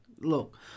look